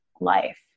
life